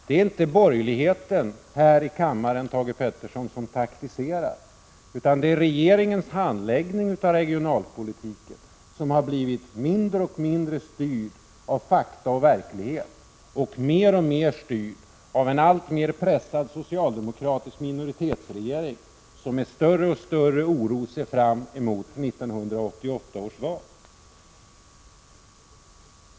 Det är inte borgerligheten här i kammaren som ”taktiserar”, Thage Peterson, utan det är regeringens handläggning av regionalpolitiken som har blivit mindre och mindre styrd av fakta och verklighet och mer och mer styrd av en alltmer pressad socialdemokratisk minoritetsregering, som med större och större oro ser fram mot 1988 års val.